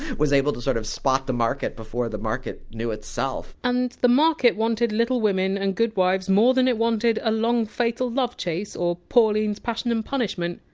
was able to sort of spot the market before the market knew itself and the market wanted little women and good wives more than it wanted a long fatal love chase or pauline's passion and punishment.